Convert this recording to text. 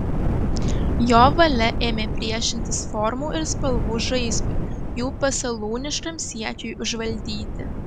jo valia ėmė priešintis formų ir spalvų žaismui jų pasalūniškam siekiui užvaldyti